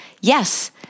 yes